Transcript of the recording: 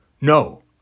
No